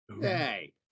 hey